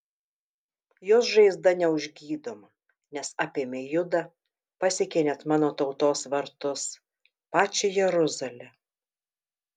jos žaizda neužgydoma nes apėmė judą pasiekė net mano tautos vartus pačią jeruzalę